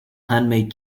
handmade